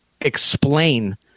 explain